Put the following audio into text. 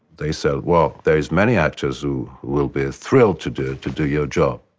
they said, well, there's many actors who will be thrilled to do to do your job.